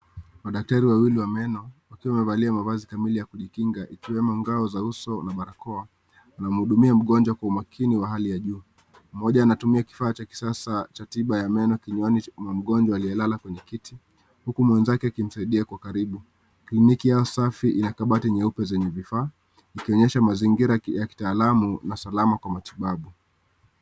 Madaktari wawili wa meno wakiwa wamevalia mavazi kamili ya kujikinga ikiwemo ngao za uso na barakoa, wanamhudumia mgonjwa kwa umakini wa hali ya juu. Mmoja anatumia kifaa cha kisasa cha tiba ya meno kinywani mwa mgonjwa aliyelala kwenye kiti, huku mwenzake akimsaidia kwa karibu. Umiliki safi ya kabati nyeupe zenye vifaa, ikionyesha mazingira ya kitaalamu na salama kwa matibabu.